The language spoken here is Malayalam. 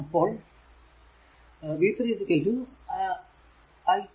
അപ്പോൾ v3 12 i3